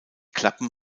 klappen